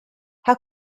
how